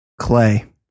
clay